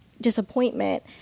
disappointment